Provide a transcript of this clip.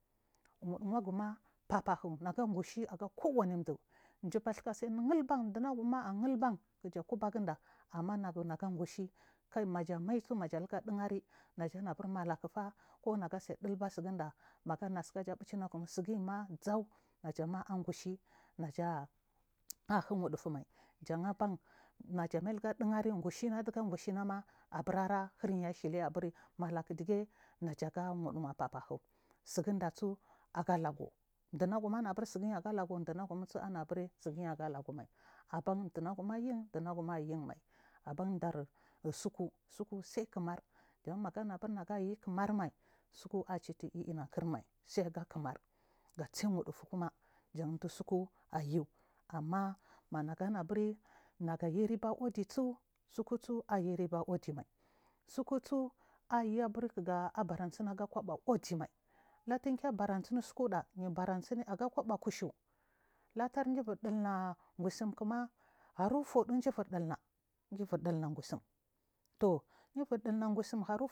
Wuɗuwaguma fafahu nega gushi aga kwwanin ɗu jifesfasighillbar ɗunagumma a gulban kija kubaga ɗa ammangan gushi kai manaja maik najariga ɗihari kai malakfa konagatsi ɗilba tsiginɗa magana sikaja fuchinagum siyima zuw najahma angushi naja hiweɗufu mai jahabau majamaila ɗihari gushina ɗiga guahinama aburara hiryishili abbur malak ɗdie aga wuduwa faffehi tsigundsu agalagu ɗunagumanabur tsigi age legu ɗumanagum naburaya tsigi age lagumai aban ɗunagu ayunchinagun ayummai aben warri ya tsiku sai kumar j’an maga mubur neyi kumar mai tsukua chitu ika kirmai sai aga kumar gates wuɗufukums j’anɗitsu ayu amma managana bur naga yi riba uɗiga tsukusu auyiri ba uɗimai ayi burr kaburasiniaga kwaba wɗimai tunke barasini tsukuɗa aga kuba kushu katur yibul ɗilns gusi mkma ɗarifuɗu jibur ɗina jibar ɗilna gusim.